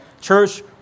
church